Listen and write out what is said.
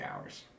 hours